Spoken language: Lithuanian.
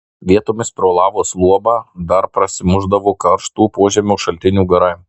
vietomis pro lavos luobą dar prasimušdavo karštų požemio šaltinių garai